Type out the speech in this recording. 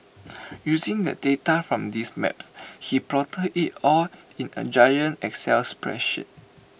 using the data from these maps he plotted IT all in A giant excel spreadsheet